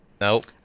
nope